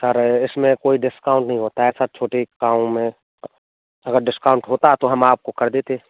sir इसमें कोई discount नहीं होता है सर छोटे कामों में अगर डिस्काउंट होता तो हम आपको कर देते हैं